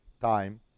time